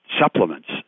supplements